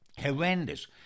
horrendous